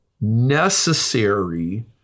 necessary